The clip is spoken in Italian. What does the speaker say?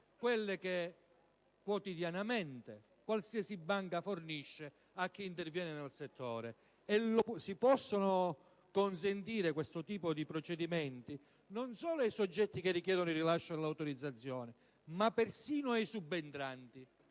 quelle che quotidianamente qualsiasi banca fornisce a chi interviene nel settore, e siffatti procedimenti sono consentiti non solo ai soggetti che richiedono il rilascio dell'autorizzazione, ma persino ai subentranti.